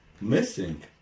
missing